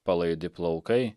palaidi plaukai